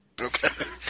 Okay